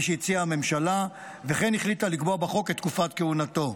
כפי שהציעה הממשלה וכן החליטה לקבוע בחוק את תקופת כהונתו.